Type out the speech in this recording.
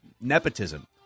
nepotism